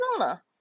Arizona